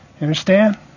understand